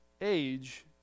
age